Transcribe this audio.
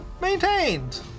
maintained